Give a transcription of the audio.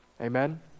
Amen